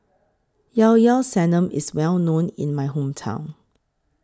Llao Llao Sanum IS Well known in My Hometown